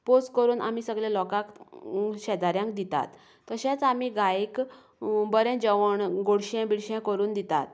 पोस करून आमी सगल्या लोकांक शेजाऱ्यांक दितात तशेंच आमी गायेक बरें जेवण गोडशें बिडशें करून दितात